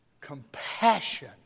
compassion